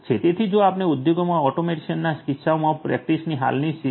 તેથી જો આપણે ઉદ્યોગોમાં ઓટોમેશનના કિસ્સામાં પ્રેક્ટિસની હાલની સ્થિતિ જોઈએ